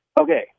Okay